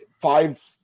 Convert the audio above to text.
five